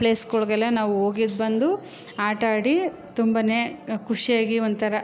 ಪ್ಲೇಸ್ಗಳ್ಗೆಲ್ಲ ನಾವೋಗಿದ್ದು ಬಂದು ಆಟ ಆಡಿ ತುಂಬನೇ ಖುಷಿಯಾಗಿ ಒಂಥರ